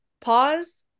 pause